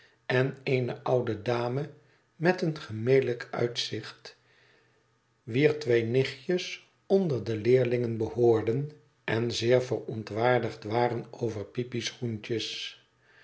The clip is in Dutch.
en eene oude dame met een gemelijk uitzicht wier twee nichtjes onder de leerlingen behoorden en zeer verontwaardigd waren over peepy's schoentjes